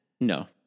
No